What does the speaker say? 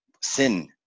sin